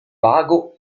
vago